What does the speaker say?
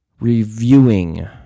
reviewing